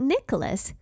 Nicholas